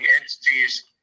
entities